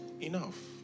enough